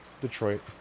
Detroit